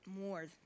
more